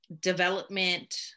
development